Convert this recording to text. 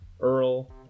Earl